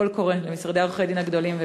בקול קורא למשרדי עורכי-הדין הגדולים,